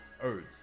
earth